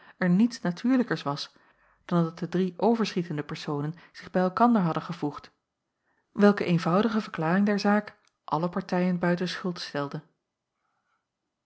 er niets natuurlijker was dan dat de drie overschietende personen zich bij elkander hadden gevoegd welke eenvoudige verklaring der zaak alle partijen buiten schuld